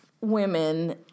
women